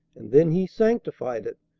and then he sanctified it,